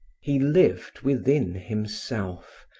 he lived within himself,